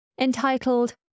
entitled